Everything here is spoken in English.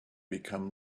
become